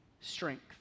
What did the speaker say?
strength